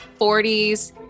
40s